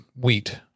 wheat